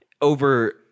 over